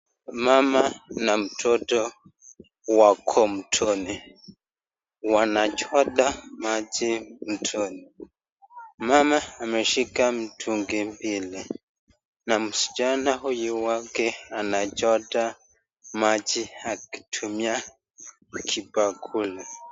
Mama na mtoto wako mtoni, wanachota maji mtoni, mama ameshika mitungi mbili na msichana huyu wake anachota maji akitumia kibakuli.